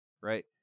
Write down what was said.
right